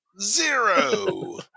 Zero